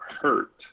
hurt